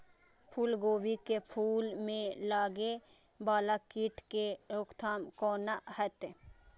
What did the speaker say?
फुल गोभी के फुल में लागे वाला कीट के रोकथाम कौना हैत?